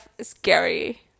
scary